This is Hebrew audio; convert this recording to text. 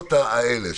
בגבולות האלה,